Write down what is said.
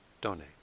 donate